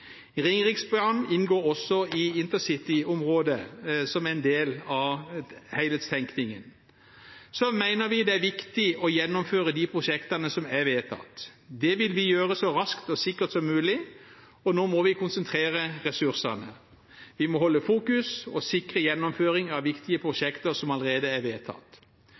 Ringeriksbanen inngår også i InterCity-området, som en del av helhetstenkningen. Vi mener det er viktig å gjennomføre de prosjektene som er vedtatt. Det vil vi gjøre så raskt og sikkert som mulig. Nå må vi konsentrere ressursene. Vi må holde fokus og sikre gjennomføring av viktige prosjekter som allerede er vedtatt.